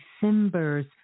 December's